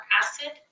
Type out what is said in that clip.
acid